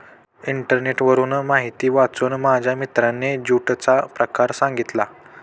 इंटरनेटवरून माहिती वाचून माझ्या मित्राने ज्यूटचा प्रकार सांगितला